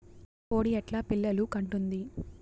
కోడి ఎట్లా పిల్లలు కంటుంది?